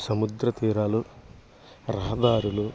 సముద్ర తీరాలు రహదారులు